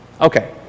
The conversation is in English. Okay